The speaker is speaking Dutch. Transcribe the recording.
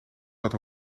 zat